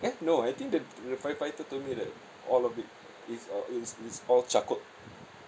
eh no I think the the firefighter told me that all of it is uh is is all charcoaled